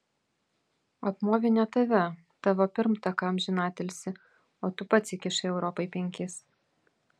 apmovė ne tave tavo pirmtaką amžinatilsį o tu pats įkišai europai penkis